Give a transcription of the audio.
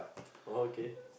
oh okay